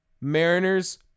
Mariners